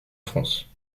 france